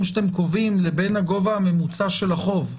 שאתם גובים לבין הגובה הממוצע של החוב.